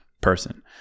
person